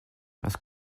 parce